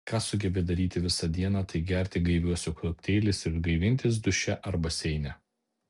ką sugebi daryti visą dieną tai gerti gaiviuosius kokteilius ir gaivintis duše ar baseine